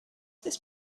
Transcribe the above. this